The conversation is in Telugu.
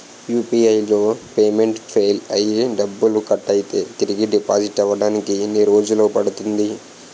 యు.పి.ఐ లో పేమెంట్ ఫెయిల్ అయ్యి డబ్బులు కట్ అయితే తిరిగి డిపాజిట్ అవ్వడానికి ఎన్ని రోజులు పడుతుంది?